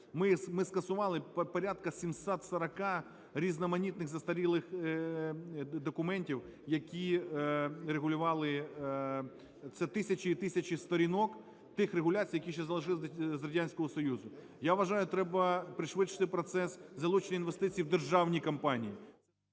Ми скасували порядку 740 різноманітних застарілих документів, які регулювали, це тисячі й тисячі сторінок тих регуляцій, які ще залишись з Радянського Союзу. Я вважаю, треба пришвидшити процес залучення інвестицій в державні компанії.